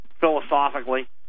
philosophically